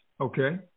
Okay